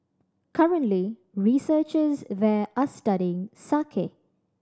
currently researchers there are studying